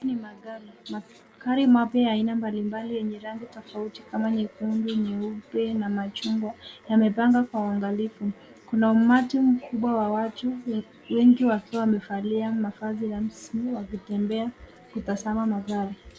Haya ni magari. Magari mapya ya aina mbalimbali yenye rangi tofauti kama nyekundu , nyeupe na machungwa yamepangwa kwa uangalifu. Kuna umati mkubwa wa watu wengi wakiwa wamevalia mavazi rasmi wakitembea kutazama magari.